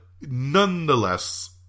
Nonetheless